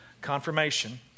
confirmation